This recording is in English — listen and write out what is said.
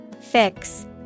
Fix